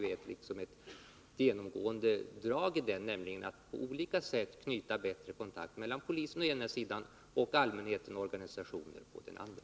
Ett genomgående drag i den propositionen är att 87 man på olika sätt skall knyta bättre kontakter mellan polisen å ena sidan och allmänheten och organisationer å den andra.